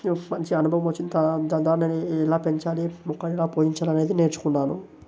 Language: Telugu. మంచి అనుభవం వచ్చింది దాని ద్వారా నేను ఎలా పెంచాలి మొక్కను ఎలా పోషించాలి అనేది నేర్చుకున్నాను